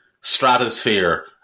stratosphere